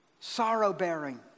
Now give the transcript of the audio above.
Sorrow-bearing